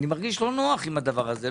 אני מרגיש לא נוח עם הדבר הזה.